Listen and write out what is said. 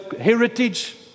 heritage